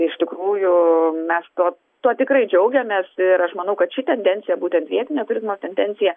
iš tikrųjų mes tuo tuo tikrai džiaugiamės ir aš manau kad ši tendencija būtent vietinio turizmo tendencija